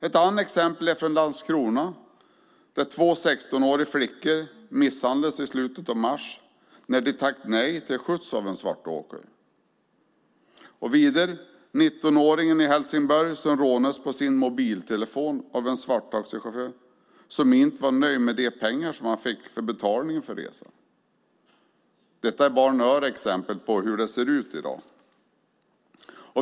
Ett annat exempel kommer från Landskrona, där två 16-åriga flickor i slutet av mars misshandlades när de tackat nej till skjuts av en svarttaxiåkare. Vidare har vi 19-åringen i Helsingborg som rånades på sin mobiltelefon av en svarttaxichaufför som inte var nöjd med de pengar han fick som betalning för resan. Detta är bara några exempel på hur det ser ut i dag.